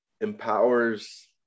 empowers